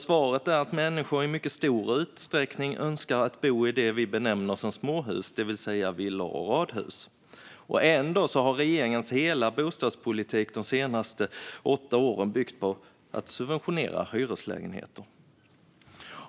Svaret är att människor i mycket stor utsträckning önskar bo i det vi benämner som småhus, det vill säga villor och radhus. Ändå har regeringens hela bostadspolitik de senaste åtta åren byggt på att subventionera hyreslägenheter.